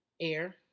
air